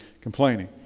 complaining